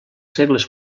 segles